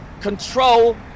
control